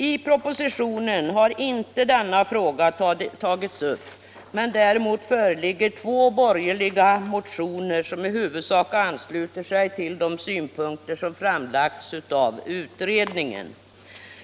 I propositionen har denna fråga inte tagits upp, men däremot föreligger två borgerliga motioner, som i huvudsak ansluter sig till de synpunkter som framlagts av utredningen.